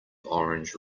orange